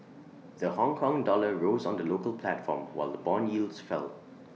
the Hongkong dollar rose on the local platform while Bond yields fell